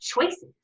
choices